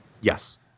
Yes